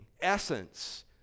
essence